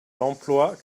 l’emploi